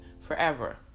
forever